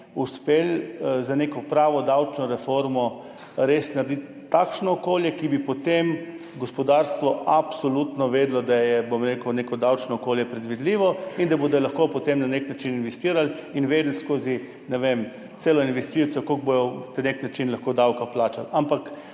uspelo z neko pravo davčno reformo res narediti takšnega okolja, kjer bi potem gospodarstvo absolutno vedelo, da je, bom rekel, neko davčno okolje predvidljivo in da bodo lahko potem na nek način investirali in vedeli skozi, ne vem, celo investicijo, koliko bodo na nek način lahko davka plačali.